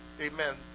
amen